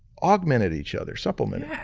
augmented each other, supplemented.